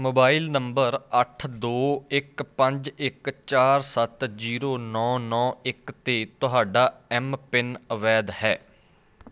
mobile number ਅੱਠ ਦੋ ਇੱਕ ਪੰਜ ਇੱਕ ਚਾਰ ਸੱਤ ਜ਼ੀਰੋ ਨੌ ਨੌ ਇੱਕ 'ਤੇ ਤੁਹਾਡਾ ਐੱਮਪਿੰਨ ਅਵੈਧ ਹੈ